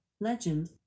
legend